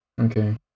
Okay